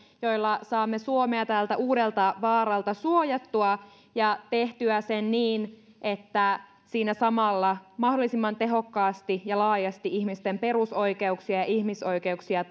joilla saamme suojattua suomea tältä uudelta vaaralta ja tehtyä sen niin että siinä samalla turvaamme mahdollisimman tehokkaasti ja laajasti ihmisten perusoikeuksia ja ihmisoikeuksia